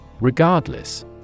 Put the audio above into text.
regardless